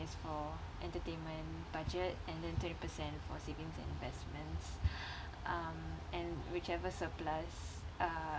is for entertainment budget and then twenty percent for savings and investments um and whichever surplus uh